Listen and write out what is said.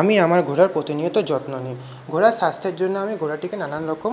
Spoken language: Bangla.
আমি আমার ঘোড়ার প্রতিনিয়ত যত্ন নিই ঘোড়ার স্বাস্থ্যের জন্য আমি ঘোড়াটিকে নানান রকম